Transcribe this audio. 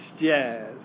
jazz